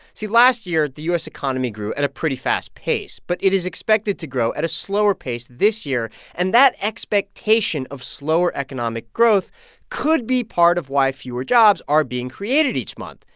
see, last year, the u s. economy grew at a pretty fast pace, but it is expected to grow at a slower pace this year and that expectation of slower economic growth could be part of why fewer jobs are being created each month.